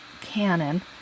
canon